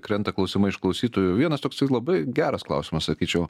krenta klausimai iš klausytojų vienas toks labai geras klausimas sakyčiau